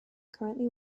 currently